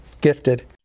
gifted